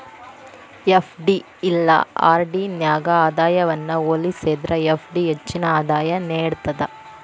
FD ಇಲ್ಲಾ RD ನ್ಯಾಗ ಆದಾಯವನ್ನ ಹೋಲಿಸೇದ್ರ ಎಫ್.ಡಿ ಹೆಚ್ಚಿನ ಆದಾಯ ನೇಡ್ತದ